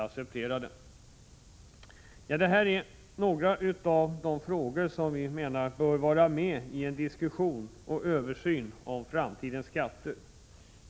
Detta är några av de frågor som bör vara med i en diskussion om och en översyn av framtidens skatter.